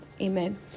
Amen